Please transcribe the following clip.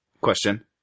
question